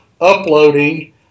uploading